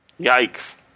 Yikes